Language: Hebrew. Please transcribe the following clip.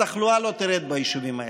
התחלואה לא תרד ביישובים האלה.